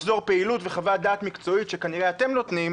מחזור פעילות וחוות דעת מקצועית שכנראה אתם נותנים,